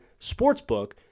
sportsbook